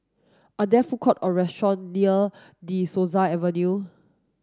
are there food court or restaurant near De Souza Avenue